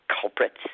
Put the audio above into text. culprits